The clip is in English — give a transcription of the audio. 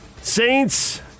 Saints